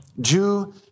Jew